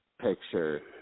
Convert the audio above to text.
picture